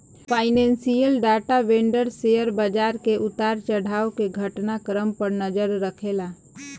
financial data vendor share बाजार के उतार चढ़ाव के घटना क्रम पर नजर रखेला